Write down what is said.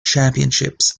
championships